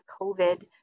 COVID